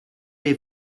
les